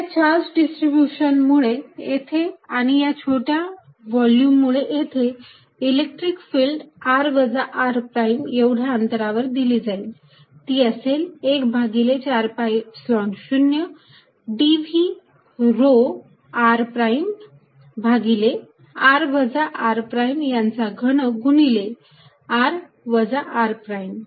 या charge distribution मुळे येथे आणि या छोट्या व्हॉल्यूम मुळे येथे इलेक्ट्रिक फिल्ड r वजा r प्राईम एवढ्या अंतरावर दिली जाईल ती असेल एक भागिले 4 pi Epsilon 0 dV rho r prime भागिले r वजा r प्राईम यांचा घन गुणिले r वजा r प्राईम